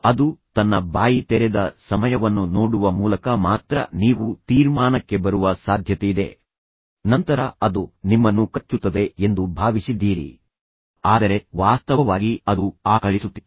ಅದು ತನ್ನ ಬಾಯಿ ತೆರೆದ ಸಮಯವನ್ನು ನೋಡುವ ಮೂಲಕ ಮಾತ್ರ ನೀವು ತೀರ್ಮಾನಕ್ಕೆ ಬರುವ ಸಾಧ್ಯತೆಯಿದೆ ನಂತರ ಅದು ನಿಮ್ಮನ್ನು ಕಚ್ಚುತ್ತದೆ ಎಂದು ಭಾವಿಸಿದ್ದೀರಿ ಆದರೆ ವಾಸ್ತವವಾಗಿ ಅದು ಆಕಳಿಸುತ್ತಿತ್ತು